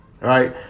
Right